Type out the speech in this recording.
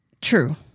true